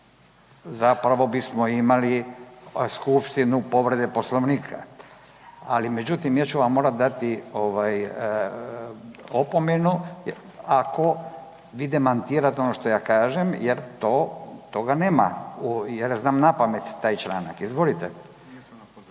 zapravo bismo imali skupštinu povrede Poslovnika. Ali, međutim, ja ću vam morati dati opomenu, ako vi demantirate ovo što ja kažem jer to, toga nema, ja znam napamet taj članak. Izvolite.